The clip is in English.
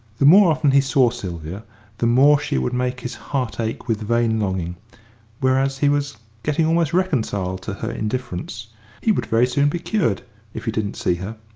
the more often he saw sylvia the more she would make his heart ache with vain longing whereas he was getting almost reconciled to her indifference he would very soon be cured if he didn't see her.